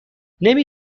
نمی